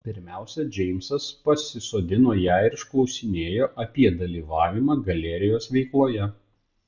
pirmiausia džeimsas pasisodino ją ir išklausinėjo apie dalyvavimą galerijos veikloje